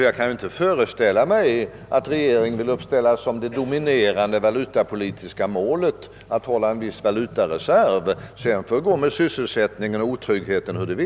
Jag kan inte föreställa mig att regeringen vill uppställa som det dominerande valutapolitiska målet att ha en viss valutareserv, och att det sedan får gå hur det vill med sysselsättningen och tryggheten.